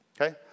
Okay